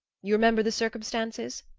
you remember the circumstances?